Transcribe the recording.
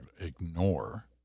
ignore